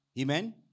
Amen